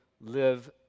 live